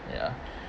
ya